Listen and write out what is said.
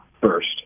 first